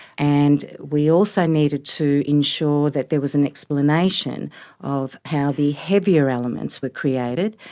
and we also needed to ensure that there was an explanation of how the heavier elements were created,